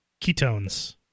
ketones